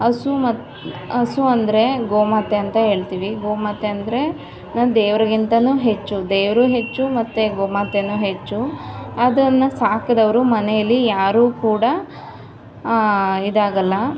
ಹಸು ಮತ್ತು ಹಸು ಅಂದರೆ ಗೋಮಾತೆ ಅಂತ ಹೇಳ್ತೀವಿ ಗೋಮಾತೆ ಅಂದರೆ ನಮ್ಮ ದೇವರಿಗಿಂತಲೂ ಹೆಚ್ಚು ದೇವರು ಹೆಚ್ಚು ಮತ್ತೆ ಗೋಮಾತೆಯೂ ಹೆಚ್ಚು ಅದನ್ನು ಸಾಕಿದವ್ರು ಮನೆಯಲ್ಲಿ ಯಾರೂ ಕೂಡ ಇದಾಗಲ್ಲ